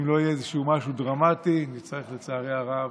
אם לא יהיה איזה משהו דרמטי, נצטרך, לצערי הרב,